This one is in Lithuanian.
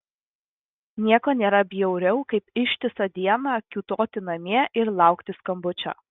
nieko nėra bjauriau kaip ištisą dieną kiūtoti namie ir laukti skambučio